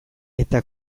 eta